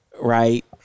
Right